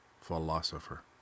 philosopher